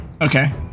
Okay